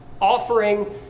offering